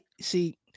see